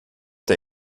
der